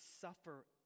suffer